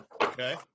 Okay